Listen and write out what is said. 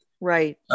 Right